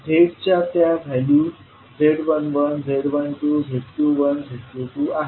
Z च्या त्या value z11z12z21z22 आहेत